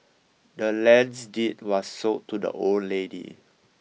the land's deed was sold to the old lady